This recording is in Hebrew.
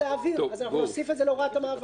נוסיף את זה להוראת המעבר.